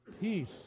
Peace